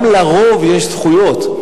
גם לרוב יש זכויות.